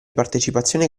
partecipazione